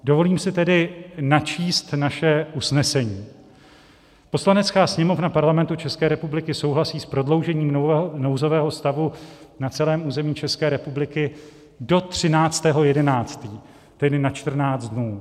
Dovolím si tedy načíst naše usnesení: Poslanecká sněmovna Parlamentu České republiky souhlasí s prodloužením nouzového stavu na celém území České republiky do 13. 11., tedy na 14 dnů.